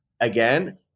again